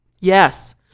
Yes